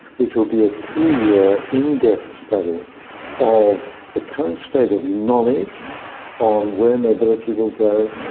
which will be a two-year in depth study of the current state of knowledge on where mobility will go,